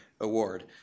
Award